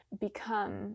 become